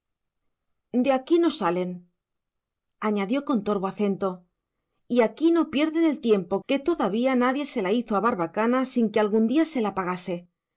de aquí no salen añadió con torvo acento y aquí no pierden el tiempo que todavía nadie se la hizo a barbacana sin que algún día se la pagase